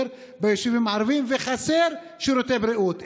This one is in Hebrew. ביישובים הערביים וחסרים שירותי בריאות.